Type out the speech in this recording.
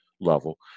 level